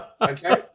Okay